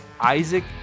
Isaac